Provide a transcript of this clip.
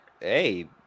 Hey